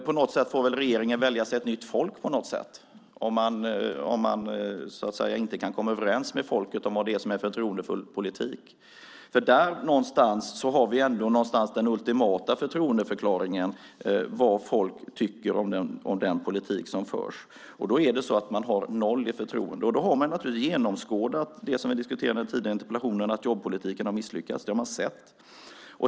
På något sätt får väl regeringen välja sig ett nytt folk, om man inte kan komma överens med det nuvarande om vad som är förtroendefull politik. Där någonstans har vi ändå den ultimata förtroendeförklaringen av vad folk tycker om den politik som förs. Då är det så att man har noll i förtroende. Då har människor naturligtvis genomskådat det vi diskuterade i den tidigare interpellationsdebatten, att jobbpolitiken har misslyckats. Det har man sett.